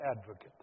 advocate